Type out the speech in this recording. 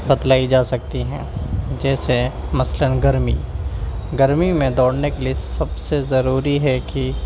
بتلائى جا سكتى ہيں جيسے مثلاً گرمى گرمى ميں دوڑنے كے لیے سب سے ضروری ہے کہ